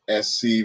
SC